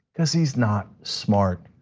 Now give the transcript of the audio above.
cuz he's not smart.